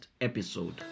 episode